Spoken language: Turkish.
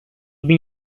bin